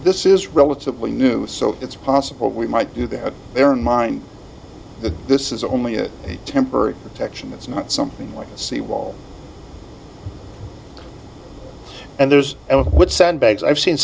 this is relatively new so it's possible we might do they had there in mind that this is only a temporary protection it's not something like a sea wall and there's and what sandbags i've seen